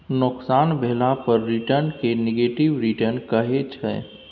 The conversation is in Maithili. नोकसान भेला पर रिटर्न केँ नेगेटिव रिटर्न कहै छै